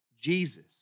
Jesus